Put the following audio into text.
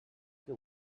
que